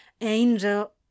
Angel